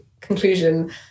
conclusion